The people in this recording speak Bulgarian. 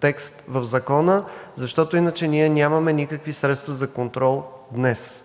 текст в Закона, защото иначе ние нямаме никакви средства за контрол днес.